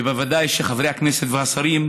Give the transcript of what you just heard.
ובוודאי שחברי הכנסת והשרים,